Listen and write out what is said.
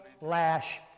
lash